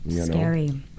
Scary